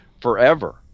forever